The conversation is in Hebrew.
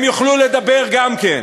הם יוכלו לדבר גם כן.